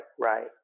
right